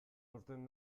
aurten